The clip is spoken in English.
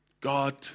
God